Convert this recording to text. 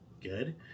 Good